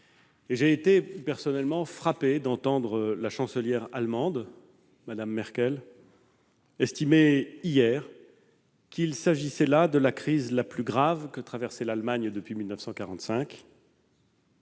J'ai été personnellement frappé d'entendre la chancelière allemande, Mme Merkel, estimer hier qu'il s'agissait de la crise la plus grave que traversait l'Allemagne depuis 1945.